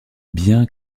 bien